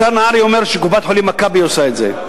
השר נהרי אומר שקופת-חולים "מכבי" עושה את זה.